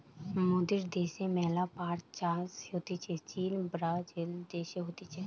মোদের দ্যাশে ম্যালা পাট চাষ হতিছে চীন, ব্রাজিল দেশে হতিছে